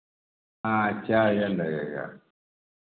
हाँ चार हज़ार लगेगा